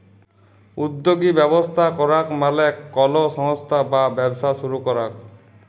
উদ্যগী ব্যবস্থা করাক মালে কলো সংস্থা বা ব্যবসা শুরু করাক